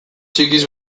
txikiz